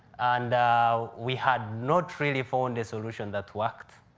and we had not really found a solution that worked.